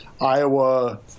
Iowa